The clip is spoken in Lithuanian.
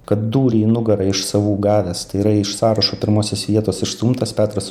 kad dūrį į nugarą iš savų gavęs tai yra iš sąrašo pirmosios vietos išstumtas petras